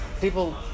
people